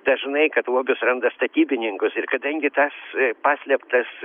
dažnai kad lobius randa statybininkus ir kadangi tas paslėptas